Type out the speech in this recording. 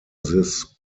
this